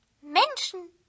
Menschen